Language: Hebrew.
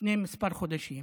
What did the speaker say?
שלפני כמה חודשים